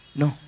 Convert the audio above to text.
no